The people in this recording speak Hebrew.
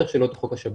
בטח שלא את חוק השב"כ.